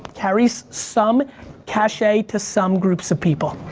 carries some cache to some groups of people.